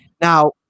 Now